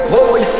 Boy